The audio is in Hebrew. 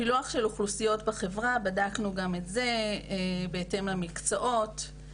פילוח של אוכלוסיות בחברה - בדקנו גם את זה בהתאם למקצועות,